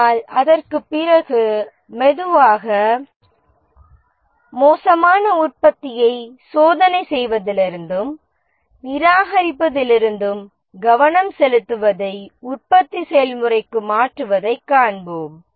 ஆனால் அதற்குப் பிறகு மெதுவாக மோசமான உற்பத்தியை சோதனை செய்வதிலிருந்தும் நிராகரிப்பதிலிருந்தும் கவனம் செலுத்துவதை உற்பத்தி செயல்முறைக்கு மாற்றுவதைக் காண்போம்